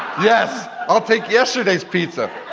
yes! i'll take yesterday's pizza!